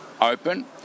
open